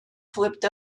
flipped